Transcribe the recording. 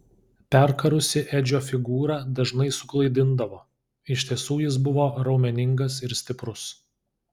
perkarusi edžio figūra dažnai suklaidindavo iš tiesų jis buvo raumeningas ir stiprus